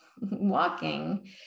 walking